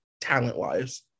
talent-wise